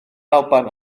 alban